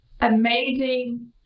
amazing